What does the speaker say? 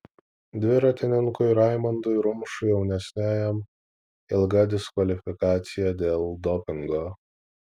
dviratininkui raimondui rumšui jaunesniajam ilga diskvalifikacija dėl dopingo